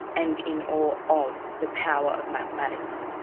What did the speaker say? and in awe of, the power of mathematics.